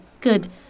good